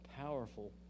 powerful